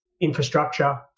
infrastructure